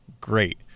great